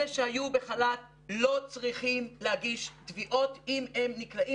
אלה שהיו בחל"ת לא צריכים להגיש תביעות אם הם נקלעים